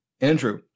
Andrew